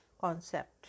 Concept